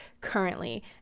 currently